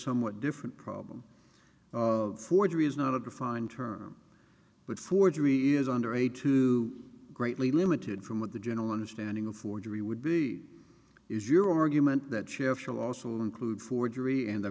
somewhat different problem forgery is not a defined term but forgery is under a two greatly limited from what the general understanding of forgery would be is your argument that shift will also include forgery and the